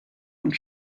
und